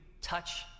touch